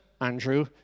Andrew